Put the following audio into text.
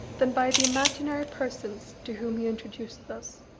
than by the imaginary persons to whom he introduces us.